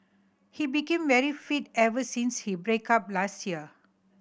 he became very fit ever since he break up last year